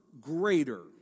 greater